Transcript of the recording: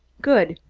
good!